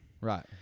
Right